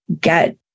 get